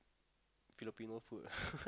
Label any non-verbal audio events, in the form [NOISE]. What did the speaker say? Filipino food [LAUGHS]